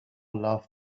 love